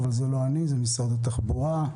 אבל זה משרד התחבורה,